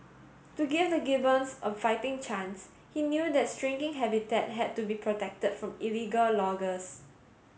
to give the gibbons a fighting chance he knew their shrinking habitat had to be protected from illegal loggers